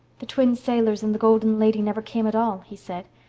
the twin sailors and the golden lady never came at all, he said.